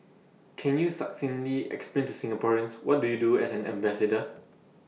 can you succinctly explain to Singaporeans what do you do as an ambassador